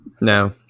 No